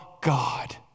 God